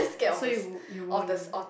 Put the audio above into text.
so you you won't